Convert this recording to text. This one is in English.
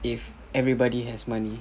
if everybody has money